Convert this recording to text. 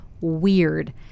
weird